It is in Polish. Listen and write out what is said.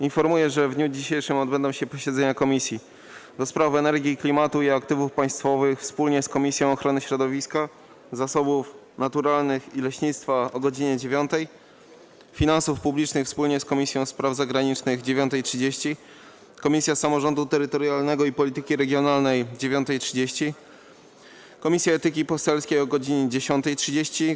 Informuję, że w dniu dzisiejszym odbędą się posiedzenia Komisji: - do Spraw Energii, Klimatu i Aktywów Państwowych wspólnie z Komisją Ochrony Środowiska, Zasobów Naturalnych i Leśnictwa - godz. 9, - Finansów Publicznych wspólnie z Komisją Spraw Zagranicznych - godz. 9.30, - Samorządu Terytorialnego i Polityki Regionalnej - godz. 9.30, - Etyki Poselskiej - godz. 10.30,